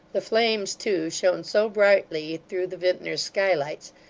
the flames too, shone so brightly through the vintner's skylights,